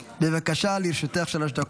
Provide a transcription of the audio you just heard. חבר הכנסת יצחק פינדרוס,